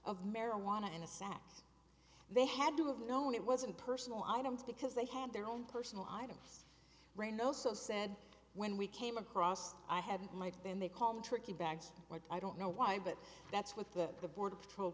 of marijuana in a sack they had to have known it wasn't personal items because they had their own personal items reinoso said when we came across i have my then they call me tricky bags i don't know why but that's with the border patrol